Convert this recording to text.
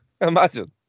Imagine